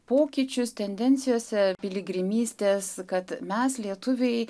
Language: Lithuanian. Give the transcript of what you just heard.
pokyčius tendencijose piligrimystės kad mes lietuviai